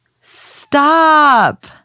Stop